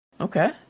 okay